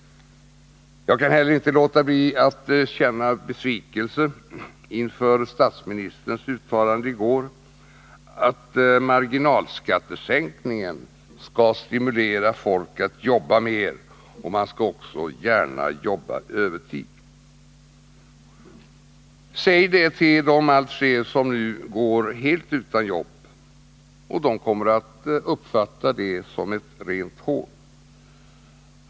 Jag kan inte heller låta bli att känna besvikelse över statsministerns uttalande i går att marginalskattesänkningen skall stimulera folk att jobba mer och gärna jobba övertid. Säg det till de allt fler som nu går helt utan jobb. De kommer att uppfatta det som ett rent hån.